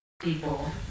People